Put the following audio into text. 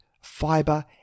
fiber